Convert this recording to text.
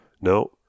No